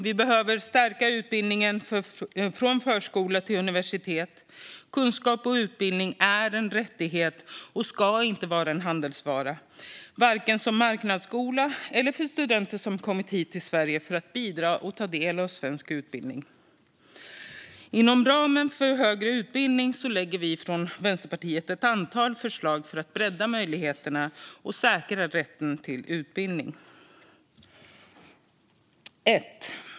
Vi behöver stärka utbildningen från förskola till universitet. Kunskap och utbildning är en rättighet och ska inte vara en handelsvara - varken som marknadsskola eller för studenter som kommit hit till Sverige för att bidra och ta del av svensk utbildning. Inom ramen för högre utbildning lägger vi från Vänsterpartiet fram ett antal förslag för att bredda möjligheterna och säkra rätten till utbildning.